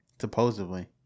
supposedly